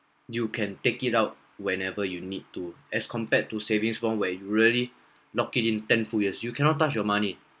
you can take it out whenever you need to as compared to savings bond where you really lock it in ten full years you cannot touch your money